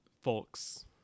folks